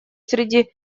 среди